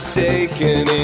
taken